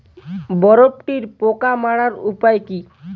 বরবটির পোকা মারার উপায় কি?